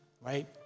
right